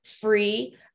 free